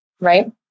Right